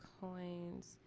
Coins